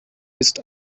ist